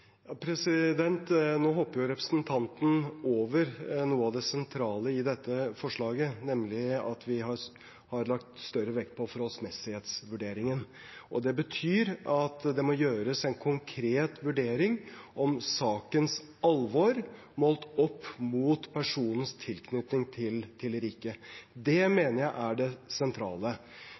Nå hopper representanten over noe av det sentrale i dette forslaget, nemlig at vi har lagt større vekt på forholdsmessighetsvurderingen. Det betyr at det må gjøres en konkret vurdering av sakens alvor målt opp mot personens tilknytning til riket. Det mener jeg er det sentrale.